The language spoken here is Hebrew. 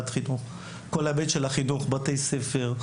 כל ההיבט של חינוך בבתי ספר,